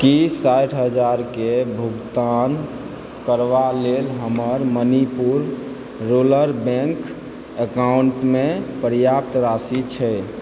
की साठि हजारके भुगतान करबा लेल हमर मणिपुर रूलर बैन्क अकाउंटमे पर्याप्त राशि छै